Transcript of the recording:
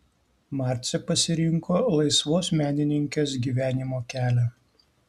marcė pasirinko laisvos menininkės gyvenimo kelią